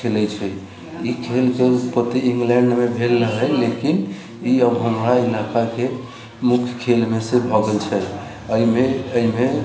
खेलैत छै ई खेलके उत्पत्ति इंगलैंडमे भेल रहय लेकिन ई अब हमरा इलाकाके मुख्य खेलमे से भए गेल छै एहिमे